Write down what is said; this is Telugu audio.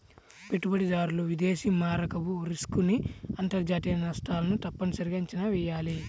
పెట్టుబడిదారులు విదేశీ మారకపు రిస్క్ ని అంతర్జాతీయ నష్టాలను తప్పనిసరిగా అంచనా వెయ్యాలి